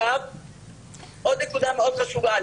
עוד נקודה מאוד חשובה.